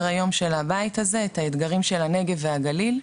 היום של הבית הזה את האתגרים של הנגב והגליל,